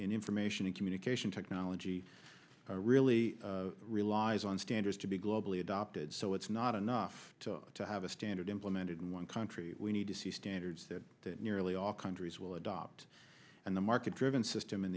information and communication technology really relies on standards to be globally adopted so it's not enough to have a standard implemented in one country we need to see standards that nearly all countries will adopt and the market driven system in